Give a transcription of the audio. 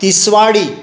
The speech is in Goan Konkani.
तिसवाडी